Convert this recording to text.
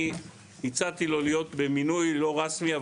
הצעתי לו להיות במינוי לא רשמי,